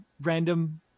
random